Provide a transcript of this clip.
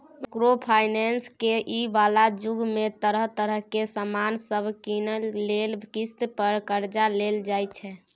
micro finance के इ बला जुग में तरह तरह के सामान सब कीनइ लेल किस्त पर कर्जा देल जाइ छै